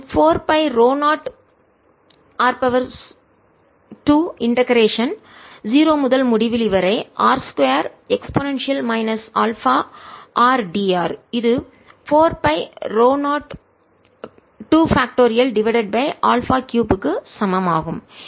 இது 4 pi ρ0r 2 integration ஒருங்கிணைத்தல் 0 முதல் முடிவிலி வரை r 2 e α rdr இது 4 piρ0 2 பாக்ட்டோரியல் காரணியாக டிவைடட் பை α3 என்பதற்கு சமம் ஆகும்